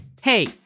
Hey